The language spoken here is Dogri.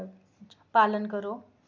पालन करो